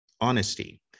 Honesty